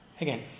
again